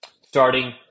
Starting